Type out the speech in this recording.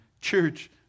Church